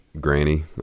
granny